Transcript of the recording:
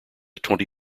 twenty